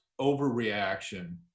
overreaction